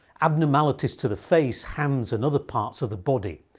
abnormalities to the face, hands, and other parts of the body,